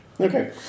Okay